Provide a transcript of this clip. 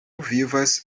vivas